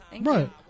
Right